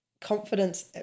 confidence